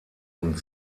und